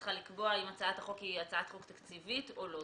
צריכה לקבוע האם הצעת החוק היא הצעת חוק תקציבית או לא.